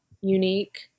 unique